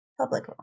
Public